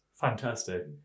Fantastic